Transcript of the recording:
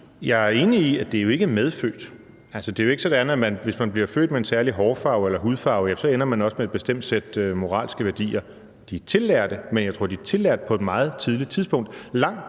Jeg er enig i, at det ikke er medfødt. Altså, det er jo ikke sådan, at hvis man bliver født med en særlig hårfarve eller hudfarve, ender man også med et bestemt sæt moralske værdier. De er tillærte, men jeg tror, at de er tillært på et meget tidligt tidspunkt,